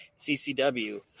CCW